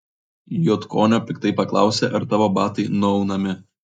jutkonio piktai paklausė ar tavo batai nuaunami